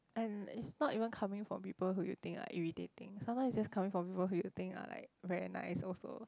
and it's not even coming from people who you think are irritating sometimes it's just coming from people who you think are like very nice also